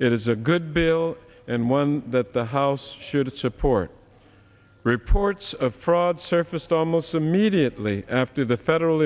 it is a good bill and one that the house should it's a port reports of fraud surfaced almost immediately after the federal